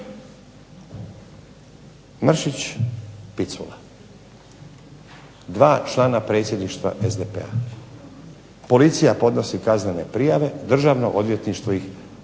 Mršić, Picula 2 člana Predsjedništva SDP-a. Policija podnosi kaznene prijave, Državno odvjetništvo ih